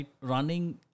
running